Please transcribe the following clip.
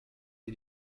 sie